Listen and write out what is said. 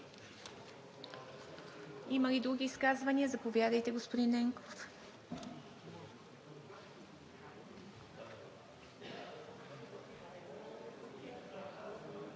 Има ли други изказвания? Заповядайте, господин Ненков.